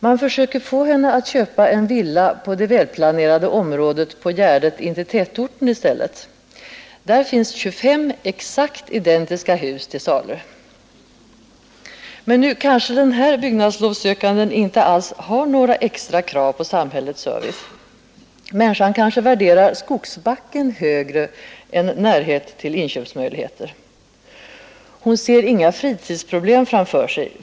Man försöker få henne att köpa en villa på det välplanerade området på gärdet intill tätorten i stället. Där finns 25 exakt identiska hus till salu. Men nu kanske den här byggnadslovssökanden inte alls har några extra krav på samhällets service. Människan kanske värderar skogsbacken högre än närhet till inköpsmöjligheter. Hon ser inga fritidsproblem framför sig.